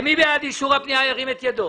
מי בעד אישור פנייה 320?